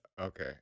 okay